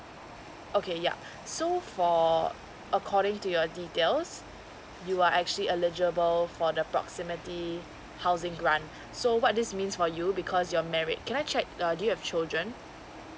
okay yeah so for according to your details you are actually eligible for the proximity housing grant so what this means for you because you're married can I check uh do you have children